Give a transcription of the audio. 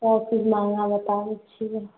सभकिछ महंगा बताबै छियै